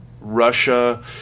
Russia